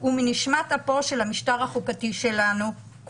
הוא נשמת אפו של המשטר החוקתי של כולנו".